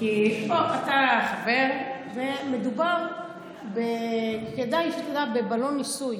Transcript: כי אתה חבר, ומדובר, כדאי שתדע, בבלון ניסוי.